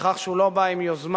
בכך שהוא לא בא עם יוזמה,